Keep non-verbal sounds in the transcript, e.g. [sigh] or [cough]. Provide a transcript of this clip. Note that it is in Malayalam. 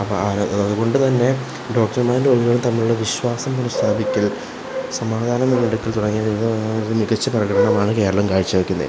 അപ്പ അത് കൊണ്ട് തന്നെ ഡോക്ടർമാരും രോഗികളും തമ്മിലുള്ള വിശ്വാസം പുനഃസ്ഥാപിക്കൽ സമാധാനം [unintelligible] തുടങ്ങിയ [unintelligible] മികച്ച പ്രകടനമാണ് കേരളം കാഴ്ച വയ്ക്കുന്നത്